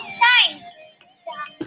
time